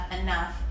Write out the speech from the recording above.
enough